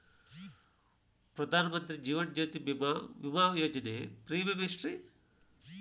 ಪ್ರಧಾನ ಮಂತ್ರಿ ಜೇವನ ಜ್ಯೋತಿ ಭೇಮಾ, ವಿಮಾ ಯೋಜನೆ ಪ್ರೇಮಿಯಂ ಎಷ್ಟ್ರಿ?